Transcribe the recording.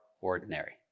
ordinary